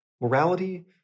morality